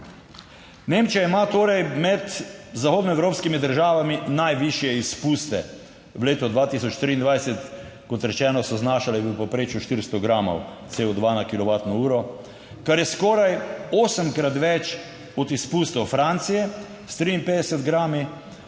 Nemčija ima torej med zahodnoevropskimi državami najvišje izpuste. V letu 2023, kot rečeno, so znašali v povprečju 400 gramov CO2 na kilovatno uro, kar je skoraj osemkrat več od izpustov Francije s 53 grami